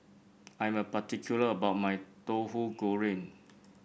I am particular about my Tahu Goreng